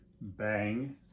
Bang